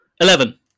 eleven